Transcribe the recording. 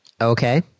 okay